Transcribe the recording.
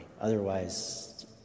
Otherwise